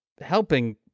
helping